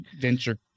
venture